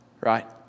right